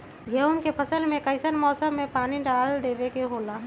गेहूं के फसल में कइसन मौसम में पानी डालें देबे के होला?